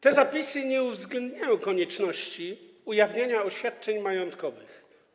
Te zapisy nie uwzględniają konieczności ujawniania oświadczeń majątkowych.